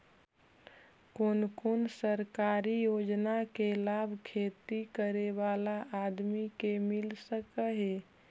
कोन कोन सरकारी योजना के लाभ खेती करे बाला आदमी के मिल सके हे?